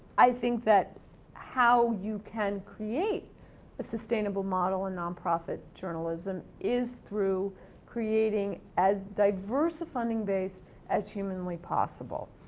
i think that how you can create a sustainable model of and non-profit journalism is through creating as diverse a funding base as humanly possible.